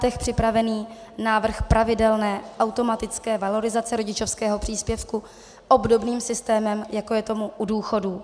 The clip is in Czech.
My máme v Pirátech připraven návrh pravidelné automatické valorizace rodičovského příspěvku obdobným systémem, jako je tomu u důchodů.